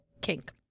kink